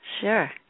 Sure